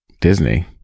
disney